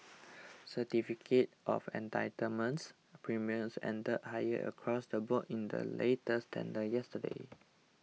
certificate of entitlements premiums ended higher across the board in the latest tender yesterday